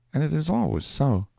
and it is always so.